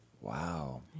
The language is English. Wow